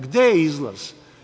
Gde je izlaz?